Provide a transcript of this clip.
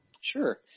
Sure